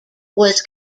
was